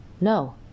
No